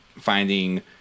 finding